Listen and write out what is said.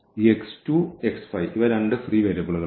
ഈ ഇവ രണ്ട് ഫ്രീ വേരിയബിളുകളാണ്